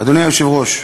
אדוני היושב-ראש,